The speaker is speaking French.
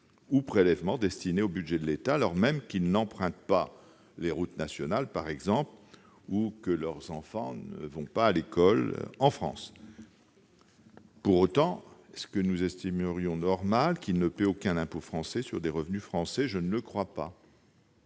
ou prélèvements destinés au budget de l'État, alors même, par exemple, qu'ils n'empruntent pas les routes nationales ou que leurs enfants ne vont pas à l'école en France. Pour autant, estimerions-nous normal que ces Français ne paient aucun impôt français sur des revenus français ? Je ne le crois pas.